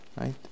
Right